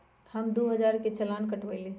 हम दु हजार के चालान कटवयली